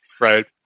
Right